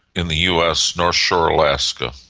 in the us north shore alaska,